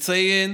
נציין